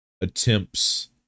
attempts